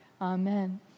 amen